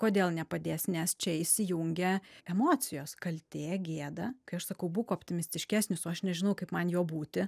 kodėl nepadės nes čia įsijungia emocijos kaltė gėda kai aš sakau būk optimistiškesnis o aš nežinau kaip man juo būti